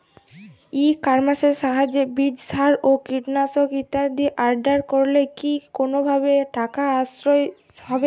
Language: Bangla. ই কমার্সের সাহায্যে বীজ সার ও কীটনাশক ইত্যাদি অর্ডার করলে কি কোনোভাবে টাকার সাশ্রয় হবে?